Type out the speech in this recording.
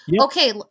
okay